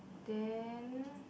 then